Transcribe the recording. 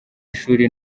ishuri